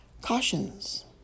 Cautions